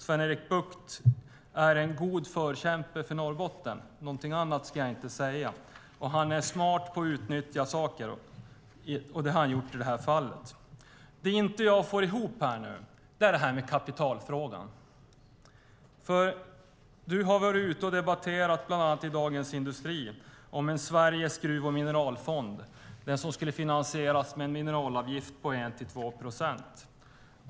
Sven-Erik Bucht är en god förkämpe för Norrbotten, något annat ska jag inte säga. Han är smart på att utnyttja saker, och det har han gjort i det här fallet. Det jag inte får att gå ihop gäller kapitalfrågan. Sven-Erik Bucht har varit ute och debatterat, bland annat i Dagens Industri, och talat om en svensk gruv och mineralfond, den som skulle finansieras med en mineralavgift på 1-2 procent.